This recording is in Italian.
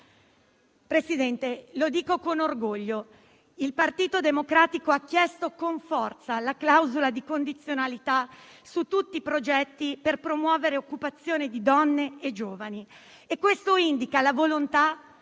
Presidente, lo dico con orgoglio: il Partito Democratico ha chiesto con forza la clausola di condizionalità su tutti i progetti per promuovere occupazione di donne e giovani. Questo indica la volontà